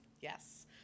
yes